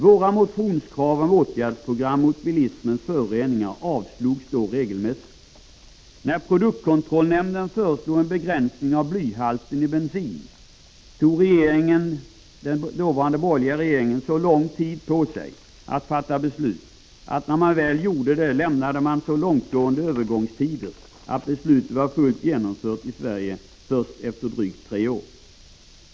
Våra motionskrav om åtgärdsprogram mot bilismens föroreningar avslogs då regelmässigt. När produktkontrollnämnden föreslog en begränsning av blyhalten i bensin tog den dåvarande borgerliga regeringen lång tid på sig att fatta beslutet, och när man väl gjorde det lämnade man så långtgående övergångstider att beslutet var fullt genomfört i Sverige först efter drygt tre år.